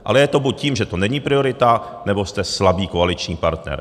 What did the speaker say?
Ale je to buď tím, že to není priorita, nebo jste slabý koaliční partner.